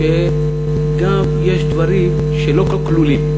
שיש גם דברים שלא כלולים,